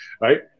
right